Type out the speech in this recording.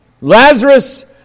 Lazarus